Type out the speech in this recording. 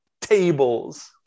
tables